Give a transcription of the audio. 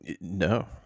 No